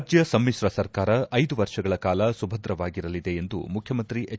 ರಾಜ್ಯ ಸಮಿತ್ರ ಸರ್ಕಾರ ಐದು ವರ್ಷಗಳ ಕಾಲ ಸುಭದ್ರವಾಗಿರಲಿದೆ ಎಂದು ಮುಖ್ಯಮಂತ್ರಿ ಎಚ್